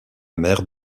mère